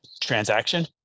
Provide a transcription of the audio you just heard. transaction